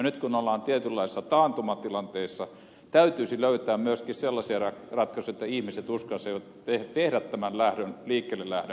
nyt kun ollaan tietynlaisessa taantumatilanteessa täytyisi löytää myöskin sellaisia ratkaisuja että ihmiset uskaltaisivat tehdä tämän liikkeellelähdön